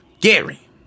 gary